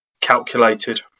calculated